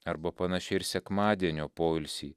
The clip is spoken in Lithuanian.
arba panašiai ir sekmadienio poilsį